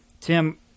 Tim